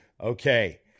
Okay